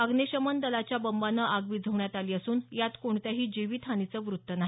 अगनिशमन दलाच्या बंबानं आग विझवण्यात आली असून यात कोणत्याही जीवित हानीचं वृत्त नाही